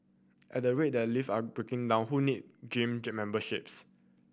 at the rate that lift are breaking down who need gym memberships